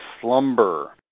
slumber